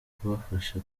kubafasha